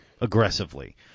aggressively